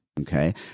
okay